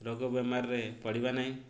ରୋଗ ବେମାରରେ ପଡ଼ିବା ନାହିଁ